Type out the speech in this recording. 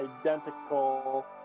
identical